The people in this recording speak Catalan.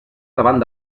davant